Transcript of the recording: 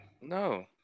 No